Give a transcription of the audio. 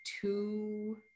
two